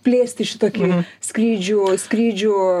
plėsti šitokį skrydžių skrydžių